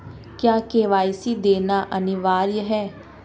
क्या के.वाई.सी देना अनिवार्य है?